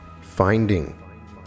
finding